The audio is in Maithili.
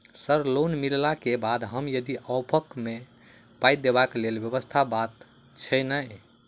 सर लोन मिलला केँ बाद हम यदि ऑफक केँ मे पाई देबाक लैल व्यवस्था बात छैय नै?